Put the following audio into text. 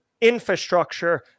infrastructure